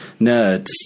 nerds